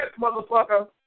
motherfucker